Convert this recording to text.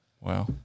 Wow